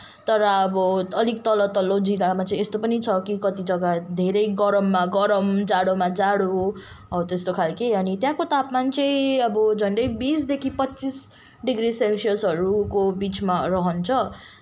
तर अब अलिक तल तल्लो जिल्लमा चाहिँ यस्तो पनि छ कि कति जग्गा धेरै गरममा गरम जाडोमा जाडो हो त्यस्तो खालको अनि त्यहाँको तापमान चाहिँ अब झन्डै बिसदेखि पच्चिस डिग्री सेल्सियसहरूको बिचमा रहन्छ